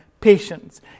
patience